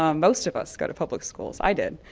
um most of us go to public schools. i did.